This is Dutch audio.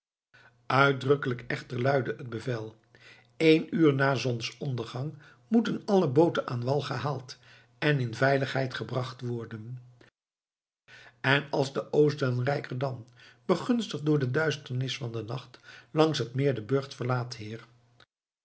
uitdrukkelijk echter luidde het bevel eén uur na zonsondergang moeten alle booten aan wal gehaald en in veiligheid gebracht worden en als de oostenrijker dan begunstigd door de duisternis van den nacht langs het meer den burcht verlaat heer